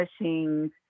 machines